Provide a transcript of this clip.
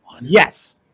yes